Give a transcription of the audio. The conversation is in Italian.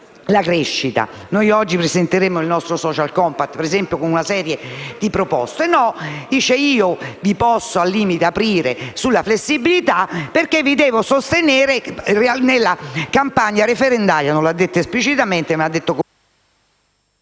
la crescita; noi oggi presenteremo il nostro *social compact*, ad esempio, con una serie di proposte». No, dice: «Io vi posso al limite aprire sulla flessibilità perché vi devo sostenere nella campagna referendaria». Questo non l'ha detto esplicitamente. Forse si potrebbe